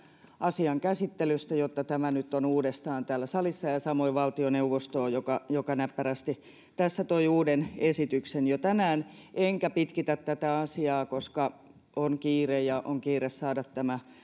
asian käsittelystä jotta tämä nyt on uudestaan täällä salissa ja samoin valtioneuvostoa joka joka näppärästi toi uuden esityksen jo tänään enkä pitkitä tätä asiaa koska on kiire ja on kiire saada tämä